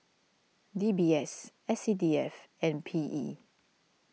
D B S S C D F and P E